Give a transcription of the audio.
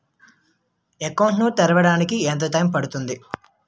Account ను తెరవడానికి ఎంత టైమ్ పడుతుంది?